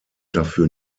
dafür